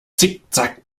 zickzack